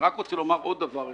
אני רק רוצה לומר עוד דבר אחד,